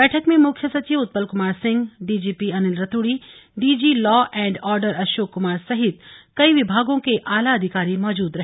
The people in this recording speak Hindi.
बैठक में मुख्य सचिव Utpal Kumar Singh DGP Anil Raturi DG law and order Ashok Kumar सहित कई विभागों के आला अधिकारी मौजूद रहे